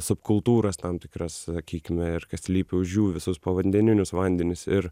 subkultūras tam tikras sakykime ir kas slypi už jų visus povandeninius vandenis ir